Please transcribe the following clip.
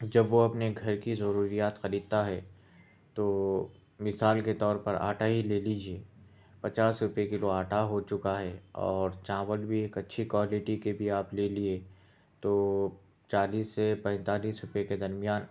جب وہ اپنے گھر کی ضروریات خریدتا ہے تو مثال کے طور پر آٹا ہی لے لیجیے پچاس روپے کلو آٹا ہو چُکا ہے اور چاول بھی ایک اچھی کوالٹی کے بھی آپ لے لیے تو چالیس سے پینتالیس روپے کے درمیان